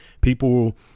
people